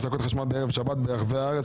"הפסקות חשמל בערב שבת ברחבי הארץ",